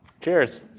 Cheers